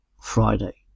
Friday